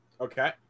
okay